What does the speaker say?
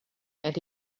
and